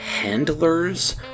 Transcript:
handlers